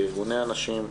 לארגוני הנשים,